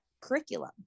curriculum